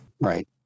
Right